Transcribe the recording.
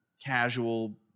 casual